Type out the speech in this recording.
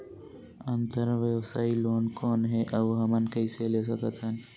अंतरव्यवसायी लोन कौन हे? अउ हमन कइसे ले सकथन?